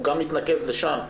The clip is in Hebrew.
הוא גם מתנקז לשם.